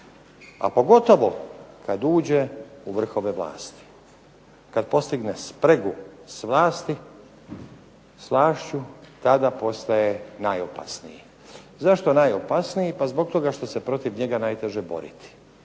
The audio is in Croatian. a pogotovo kad uđe u vrhove vlasti, kad postigne spregu s vlašću tada postaje najopasniji. Zašto najopasniji, pa zbog toga što se protiv njega najteže boriti.